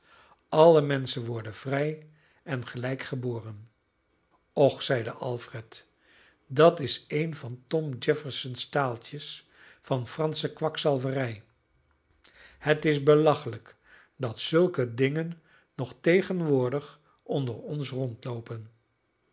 alle menschen worden vrij en gelijk geboren och zeide alfred dat is een van tom jeffersons staaltjes van fransche kwakzalverij het is belachelijk dat zulke dingen nog tegenwoordig onder ons rondloopen